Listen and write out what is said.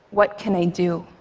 what can i do?